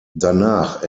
danach